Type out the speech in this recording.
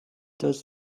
does